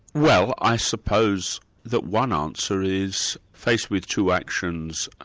well i suppose that one answer is, faced with two actions,